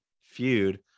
feud